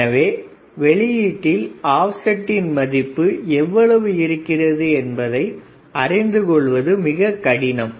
எனவே வெளியீடில் அப்செட்டின் மதிப்பு எவ்வளவு இருக்கிறது என்பதை அறிந்து கொள்வது மிக கடினம்